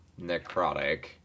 necrotic